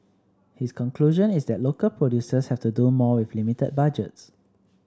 his conclusion is that local producers have to do more with limited budgets